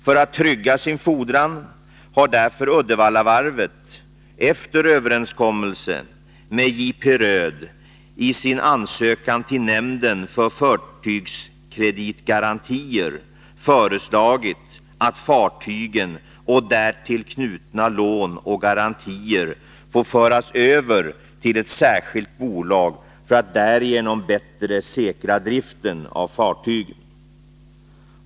För att trygga sin fordran har därför Uddevallavarvet efter överenskommelse med J.P. Röed i sin ansökan till nämnden för fartygskreditgarantier föreslagit att fartygen och därtill knutna lån och garantier får föras över till ett särskilt bolag för att därigenom bättre säkra driften av fartygen.